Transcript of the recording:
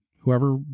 Whoever